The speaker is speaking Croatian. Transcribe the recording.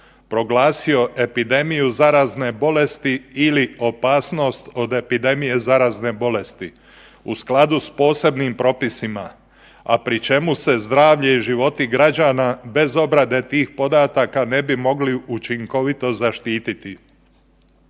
proglasio epidemiju zarazne bolesti ili opasnost od epidemije zarazne bolesti u skladu s posebnim propisima, a pri čemu se zdravlje i životi građani bez obrade tih podataka ne bi mogli učinkovito zaštititi.